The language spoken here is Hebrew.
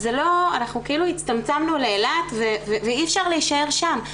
אנחנו כאילו הצטמצמנו לאילת ואי אפשר להישאר שם.